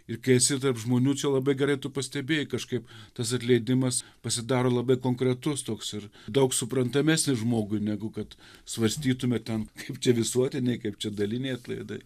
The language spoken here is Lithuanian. ir kai esi tarp žmonių čia labai gerai tu pastebėjai kažkaip tas atleidimas pasidaro labai konkretus toks ir daug suprantamesnis žmogui negu kad svarstytume ten kaip čia visuotiniai kaip čia daliniai atlaidai